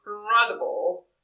incredible